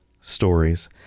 stories